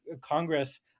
Congress